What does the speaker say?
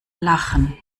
lachen